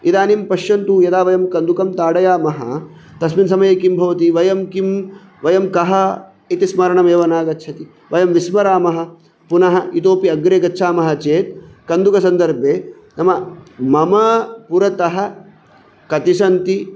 इदानीं पश्यन्तु यदा वयं कन्दुकं ताडयामः तस्मिन् समये किं भवति वयं किं वयं कः इति स्मरणमेव नागच्छति वयं विस्मरामः पुनः इतोपि अग्रे गच्छामः चेत् कन्दुकसन्दर्भे नाम मम पुरतः कति सन्ति